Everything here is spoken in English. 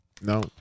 no